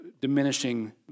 diminishing